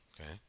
okay